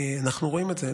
אנחנו רואים את זה.